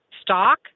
stock